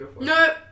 No